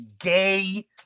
gay